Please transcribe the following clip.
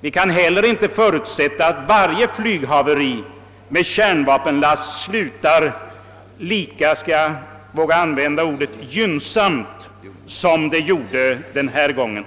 Vi kan inte heller förutsätta att varje haveri med kärnvapenlastade flygplan slutar lika »gynnsamt» — om jag nu skall våga använda det ordet — som det gjorde denna gång.